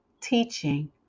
teaching